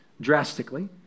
drastically